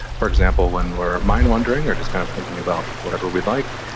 for example, when we are mind-wandering or just kind of thinking about whatever we like,